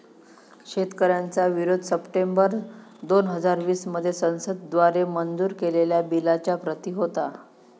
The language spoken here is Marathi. शेतकऱ्यांचा विरोध सप्टेंबर दोन हजार वीस मध्ये संसद द्वारे मंजूर केलेल्या बिलच्या प्रति होता